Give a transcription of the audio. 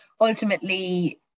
ultimately